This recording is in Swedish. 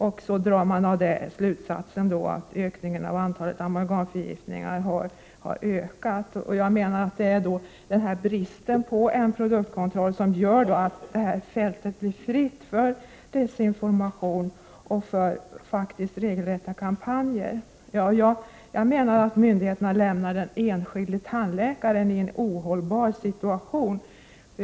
Av denna undersökning drar man slutsatsen att antalet amalgamförgiftningar har ökat. Jag menar att det är bristen på produktkontroll som gör att det här fältet är fritt för desinformation, faktiskt för regelrätta desinformationskampanjer. Myndigheterna lämnar den enskilde tandläkaren i en ohållbar situation.